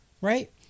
right